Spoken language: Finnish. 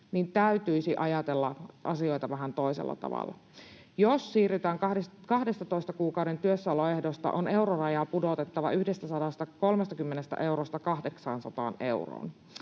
niin täytyisi ajatella asioita vähän toisella tavalla. Jos siirrytään 12 kuukauden työssäoloehtoon, on eurorajaa pudotettava 1 130 eurosta 800 euroon.